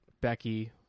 Becky